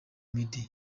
meddy